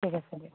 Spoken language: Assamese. ঠিক আছে দিয়ক